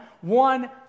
one